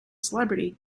celebrity